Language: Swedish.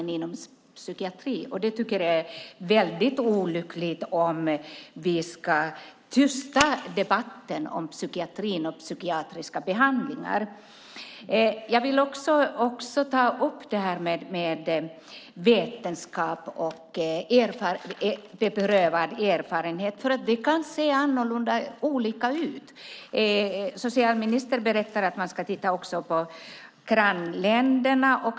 Jag tycker att det är olyckligt om vi ska tysta debatten om psykiatrin och psykiatriska behandlingar. Jag vill också ta upp det här med vetenskap och beprövad erfarenhet, för det kan se olika ut. Socialministern berättar att man ska titta på grannländerna.